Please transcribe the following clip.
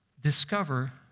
discover